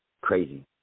crazy